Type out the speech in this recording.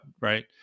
right